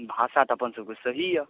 भाषा तऽ अपनसभके सही यए